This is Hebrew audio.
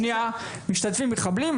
שנייה משתתפים מחבלים,